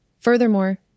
Furthermore